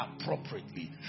appropriately